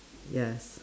ya s~